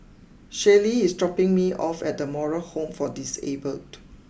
Shaylee is dropping me off at the Moral Home for Disabled